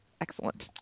excellent